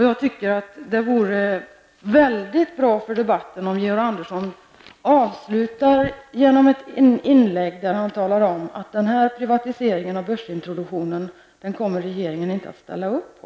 Jag tycker att det vore väldigt bra för debatten om Georg Andersson avslutningsvis i ett inlägg kunde säga att regeringen inte kommer att ställa upp på en sådan här privatisering och börsintroduktion.